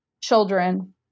children